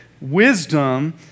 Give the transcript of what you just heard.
wisdom